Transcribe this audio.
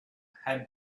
had